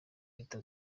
reta